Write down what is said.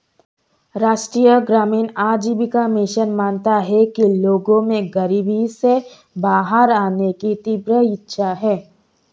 राष्ट्रीय ग्रामीण आजीविका मिशन मानता है कि लोगों में गरीबी से बाहर आने की तीव्र इच्छा है